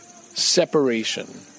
separation